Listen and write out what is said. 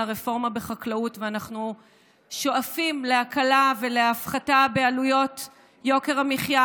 הרפורמה בחקלאות ואנחנו שואפים להקלה ולהפחתה בעלויות יוקר המחיה,